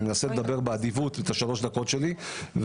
אני מנסה לדבר מאוד באדיבות בשלוש הדקות שלי,